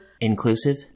Inclusive